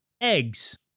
eggs